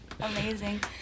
amazing